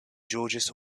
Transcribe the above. georges